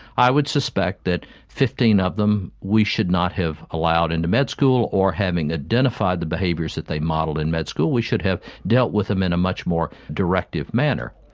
i would suspect that fifteen of them we should not have allowed into med school or, having identified the behaviours that they modelled in med school, we should have dealt with them in a much more directive manner.